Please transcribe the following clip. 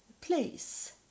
place